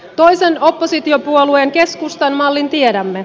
toisen oppositiopuolueen keskustan mallin tiedämme